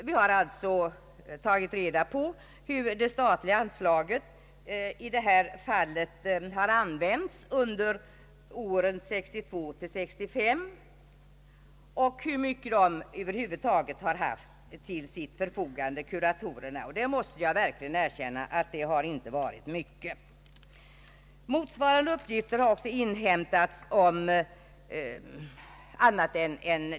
Vi har alltså tagit reda på hur det statliga anslaget har använts under åren 1962—1965 och hur mycket kuratorerna över huvud taget har haft till sitt förfogande. Jag måste verkligen erkänna att det inte har varit mycket.